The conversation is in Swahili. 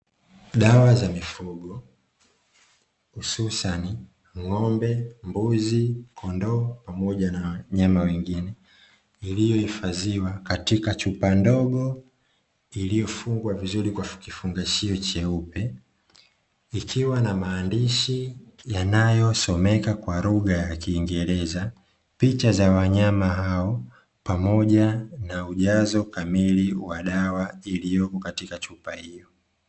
Dawa za mifugo hususani ng'ombe, mbuzi, kondoo pamoja na wanyama wengine. Iliyohifadhiwa katika chupa ndogo, iliyofungwa vizuri kwa kifungashio cheupe, ikiwa na maandishi yanayosomeka kwa lugha ya kiingereza, picha za wanyama hao, pamoja na ujazo kamili wa dawa iliyopo katika chupa hiyo.